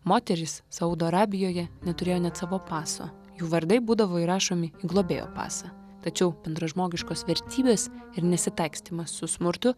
moterys saudo arabijoje neturėjo net savo paso jų vardai būdavo įrašomi į globėjo pasą tačiau bendražmogiškos vertybės ir nesitaikstymas su smurtu